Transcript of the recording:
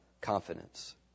confidence